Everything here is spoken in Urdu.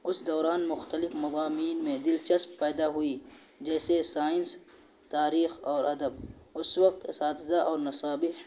اس دوران مختلف مضامین میں دلچسپ پیدا ہوئی جیسے سائنس تاریخ اور ادب اس وقت اساتذہ اور نصابہ